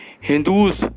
Hindus